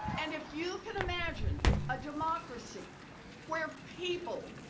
and if you can imagine a democracy where people,